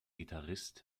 gitarrist